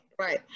right